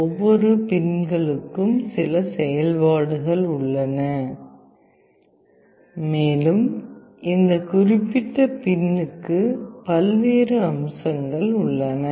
ஒவ்வொரு பின்களுக்கும் சில செயல்பாடுகள் உள்ளன மேலும் இந்த குறிப்பிட்ட பின்னுக்கு பல்வேறு அம்சங்கள் உள்ளன